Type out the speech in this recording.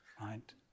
Right